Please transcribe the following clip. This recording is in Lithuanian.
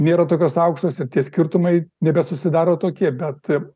nėra tokios aukštos ir tie skirtumai nebesusidaro tokie bet